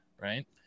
right